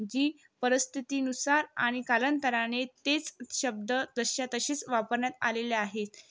जी परिस्थितीनुसार आणि कालांतराने तेच शब्द जसेच्या तसेच वापरण्यात आलेले आहेत